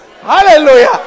hallelujah